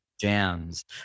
jams